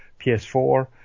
PS4